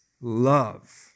love